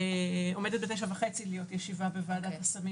עומדת ב- 9:30 להיות ישיבה בוועדת הסמים